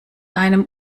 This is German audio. einem